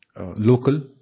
local